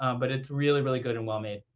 um but it's really, really good and well-made.